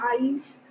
eyes